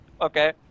Okay